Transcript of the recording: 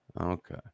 okay